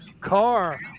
car